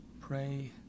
pray